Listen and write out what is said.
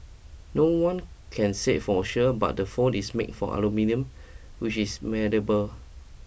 no one can say for sure but the phone is made from aluminium which is malleable